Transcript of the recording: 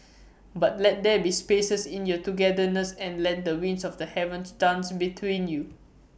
but let there be spaces in your togetherness and let the winds of the heavens dance between you